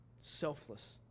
selfless